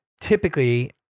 typically